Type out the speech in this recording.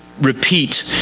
repeat